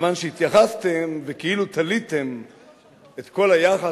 כיוון שהתייחסתם וכאילו תליתם את כל היחס